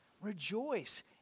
Rejoice